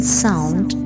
sound